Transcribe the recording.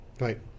Right